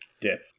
Dip